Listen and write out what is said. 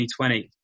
2020